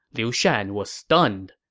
liu shan was stunned.